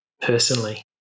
Personally